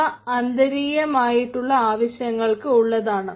അവ അന്തരീയമായിട്ടുള്ള ആവശ്യങ്ങൾക്ക് ഉള്ളതാണ്